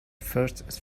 first